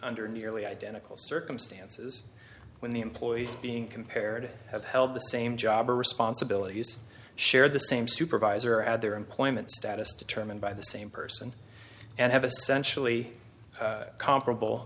under nearly identical circumstances when the employees being compared have held the same job or responsibilities share the same supervisor at their employment status determined by the same person and have essentially comparable